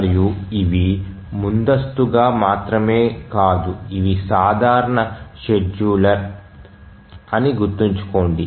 మరియు ఇవి ముందస్తుగా మాత్రమే కాదు ఇవి సాధారణ షెడ్యూలర్లు అని గుర్తుంచుకోండి